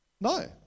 No